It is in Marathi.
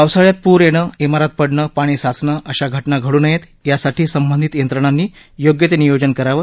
पावसाळ्यात प्र येणं इमारत पडणं पाणी साचणं अशा घटना घड्ड नयेत यासाठी संबंधित यंत्रणांनी योग्य ते नियोजन करावं